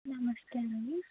నమస్కారము